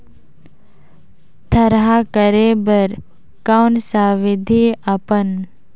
थरहा करे बर कौन सा विधि अपन?